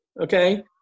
okay